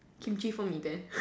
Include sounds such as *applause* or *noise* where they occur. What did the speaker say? Kimchi for me then *noise*